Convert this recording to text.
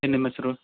ಏನು ನಿಮ್ಮ ಹೆಸ್ರು